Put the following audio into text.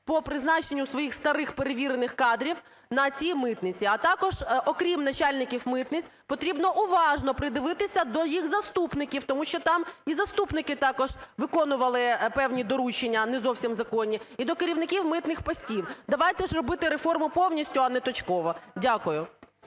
по призначенню своїх старих перевірених кадрів на цій митниці. А також, окрім начальників митниць, потрібно уважно придивитися до їх заступників, тому що там і заступники також виконували певні доручення не зовсім законні, і до керівників митних постів. Давайте ж робити реформу повністю, а не точково. Дякую.